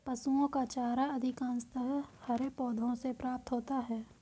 पशुओं का चारा अधिकांशतः हरे पौधों से प्राप्त होता है